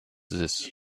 this